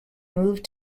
moved